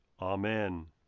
Amen